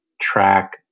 track